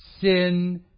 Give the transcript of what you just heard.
sin